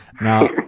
Now